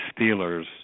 Steelers